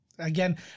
Again